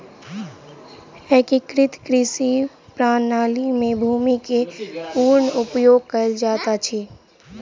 एकीकृत कृषि प्रणाली में भूमि के पूर्ण उपयोग कयल जाइत अछि